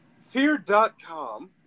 fear.com